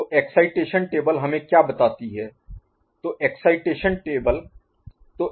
तो excitation table हमें क्या बताती है